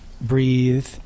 breathe